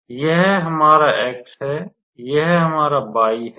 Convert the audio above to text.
तो यह हमारा x है यह हमारा y है